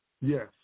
Yes